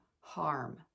harm